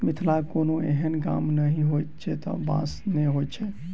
मिथिलाक कोनो एहन गाम नहि होयत जतय बाँस नै होयत छै